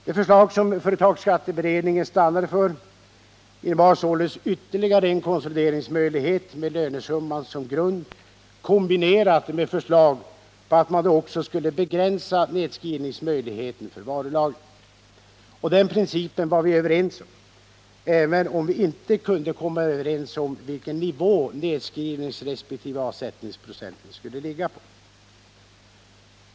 Det förslag som företagsskatteberedningen stannade för innebar således ytterligare en konsolideringsmöjlighet med lönesumman som grund, kombinerad med ett förslag om att man då också skulle begränsa nedskrivningsmöjligheten när det gäller varulager. Principen var vi ju överens om, även om vi inte kunde komma överens om på vilken nivå nedskrivningsresp. avsättningsprocenten skulle ligga.